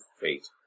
fate